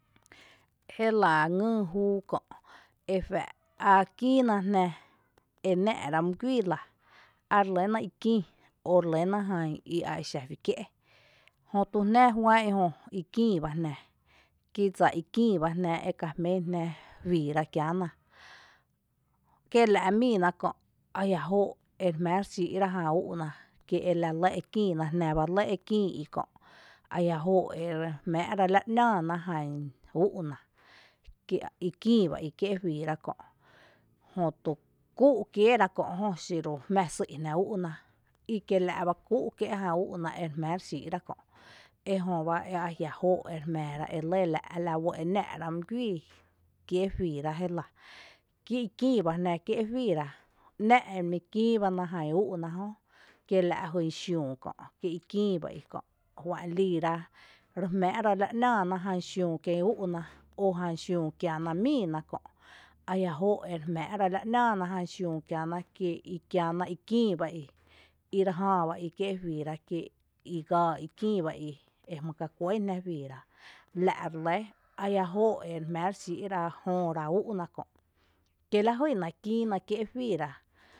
Jélⱥ ngíi júu kö’ efⱥ’ á kïïna jnⱥ e nⱥⱥ’rá mý guíi la á relýna i kïï o relýná jan i a exa fí kié’, jötu jnⱥ juán’n jö i kïÏ bá jnⱥ kí dsa, kïÏ bá jnⱥ i ka jmén jnⱥ juiira kiäná, kiela’ míina kö’ ajia’ jóo’ ere jmⱥ’ rexí’ra jan úu’ná kíe la lɇ ekïïna jnⱥ bá lɇ e kïï i i kö’ ajia’ jóo’ ere jmⱥⱥ’ ra e la lɇ ‘nⱥⱥ ná jan úú’ ná kí i kíi bá i kié’ juiira kö’ jötu kúu’ kieera kö jö, xiru jmⱥⱥ’ sý’ jná úú’ ná ekiela’ bá kúu’ kié’ jan úú’ná ere jmⱥⱥ’ re xíi’ra kö’ ejöba e ajia’ jóo’ ere jmⱥⱥ ra e lɇ la’ la uɇ’ e náa’ra mý guíi kiee’ juiira jela kí i kïïba jná kié’ juiira, ‘nⱥⱥ’ ere mí kïïba ná jan ú’ú’ ná jö kiela’ jyn xiüü kö’ kie’ i kïï’ ba i kö’ juán’ liira re jmⱥ’ ra la ‘nⱥⱥ ná jan xiüü kien ú’u’ ná o jan xiüü kiena míina kö’ ajia’ jóo’ ere jmⱥa’ ra la ‘nⱥⱥ ná jan xiüü kiena i kïï bá i re jää bá í kié’ igáa i kïï bá i e jmý ka kuɇn jná juiira la’ re lɇ ajia’ jóo’ re jmⱥⱥ’ xíi’ra jööra ú’u´ná kö’ kí la jýna kïïna kié’ juiira.